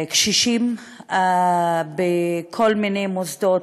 קשישים בכל מיני מוסדות.